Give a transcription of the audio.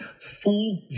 full